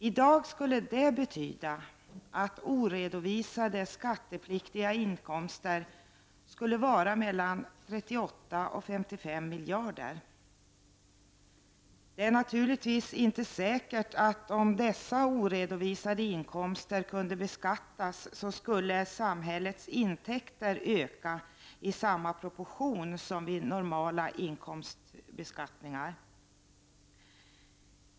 I dag skulle detta betyda att de oredovisade skattepliktiga inkomsterna skulle vara mellan 38 och 55 miljarder. Det är naturligtvis inte säkert att samhällets intäkter skulle öka i samma proportion som vid normala inkomsters beskattning om dessa oredovisade inkomster kunde beskattas.